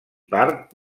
part